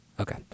Okay